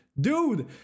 Dude